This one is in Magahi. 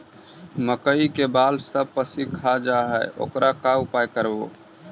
मकइ के बाल सब पशी खा जा है ओकर का उपाय करबै?